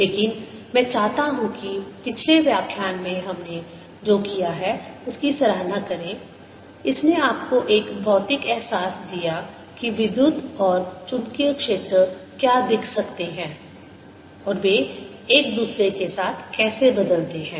लेकिन मैं चाहता हूं कि पिछले व्याख्यान में हमने जो किया है उसकी सराहना करें इसने आपको एक भौतिक एहसास दिया कि विद्युत और चुंबकीय क्षेत्र क्या दिख सकते हैं और वे एक दूसरे के साथ कैसे बदलते हैं